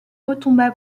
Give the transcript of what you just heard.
retomba